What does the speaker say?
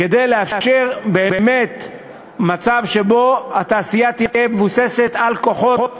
כדי לאפשר באמת מצב שבו התעשייה תהיה מבוססת על כוחות מקומיים.